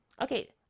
Okay